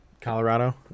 Colorado